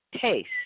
taste